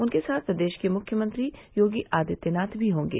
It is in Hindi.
उनके साथ प्रदेश के मुख्यमंत्री योगी आदित्यनाथ भी होंगे